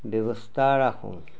ব্যৱস্থা ৰাখোঁ